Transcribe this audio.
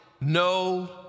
no